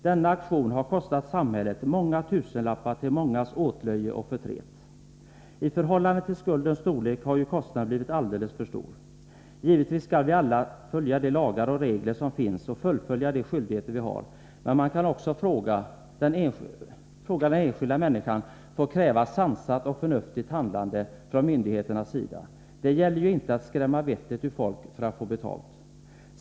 Denna aktion har kostat samhället många tusenlappar och väckt både löje och förtret. I förhållande till skuldens storlek har ju kostnaden blivit alldeles för stor. Givetvis skall vi alla följa de lagar och regler som finns och fullgöra de skyldigheter vi har. Men den enskilda människan kan också få kräva sansat och förnuftigt handlande från myndigheternas sida. Det gäller ju inte att skrämma vettet ur folk för att få betalt.